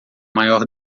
maior